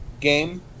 game